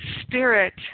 spirit